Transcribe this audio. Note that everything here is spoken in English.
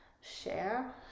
share